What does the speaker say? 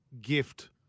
gift